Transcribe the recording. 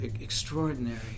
extraordinary